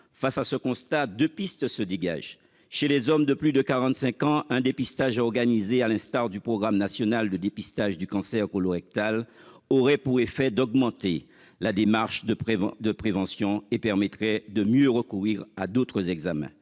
face à ce constat de pistes se dégagent. Chez les hommes de plus de 45 ans un dépistage organisé, à l'instar du programme national de dépistage du cancer colorectal aurait pour effet d'augmenter la démarche de prévention, de prévention et permettrait de mieux recourir à d'autres examens